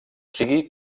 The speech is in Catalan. sigui